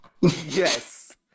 Yes